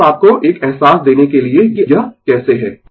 तो बस आपको एक अहसास देने के लिए कि यह कैसे है